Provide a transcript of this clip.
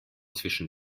zwischen